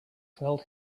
felt